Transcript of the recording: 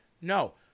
No